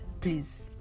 please